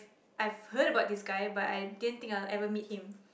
I've heard about this guy but I didn't think I'd ever meet him